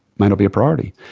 may not be a priority.